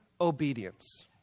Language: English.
obedience